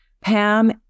Pam